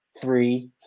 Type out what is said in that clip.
three